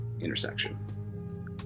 intersection